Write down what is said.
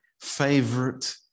favorite